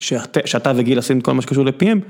שהתה שאתה וגיל עשינו כל מה שקשור ל-PM.